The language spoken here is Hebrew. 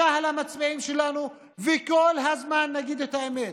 לקהל המצביעים שלנו, וכל הזמן נגיד את האמת.